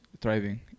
thriving